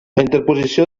interposició